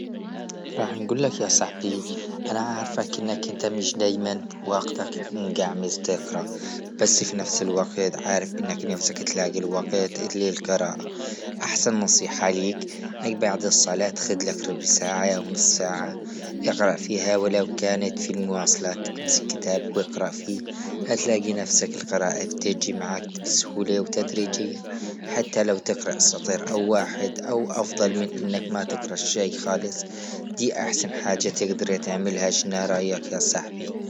راح نقول لك يا صاحبي أنا عارفك أنك أنت مش دايما وقتك مقعمز تقرأ بس في نفس الوقت عارف أنك نفسك تلاقي الوقت اللي القراءة، أحسن نصيحة ليك أي بعد الصلاة خدلك ربع ساعة نصف ساعة اقرأ فيها ولو كانت في المواصلات إمسك كتاب وإقرأ فيه، هتلاقي نفسك قراءة بتجي معك بسهولة وتدريجي حتى لو تقرأ صطر أو واحد أو أفضل من أنك ما تقراش شيء خالص، دي أحسن حاجة تقدري تعملها، شن رأيك يا صاحبي؟